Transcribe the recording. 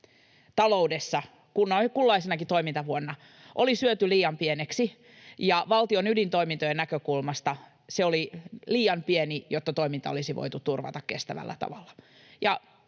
taloudessa kulloisenakin toimintavuonna, oli syöty liian pieneksi ja valtion ydintoimintojen näkökulmasta se oli liian pieni, jotta toiminta olisi voitu turvata kestävällä tavalla.